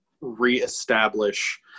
reestablish